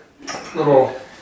little